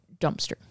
dumpster